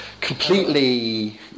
completely